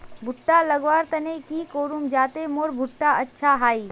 भुट्टा लगवार तने की करूम जाते मोर भुट्टा अच्छा हाई?